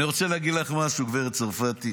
אני רוצה להגיד לך משהו, גב' צרפתי.